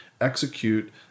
execute